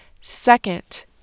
Second